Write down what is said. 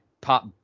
pop